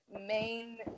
main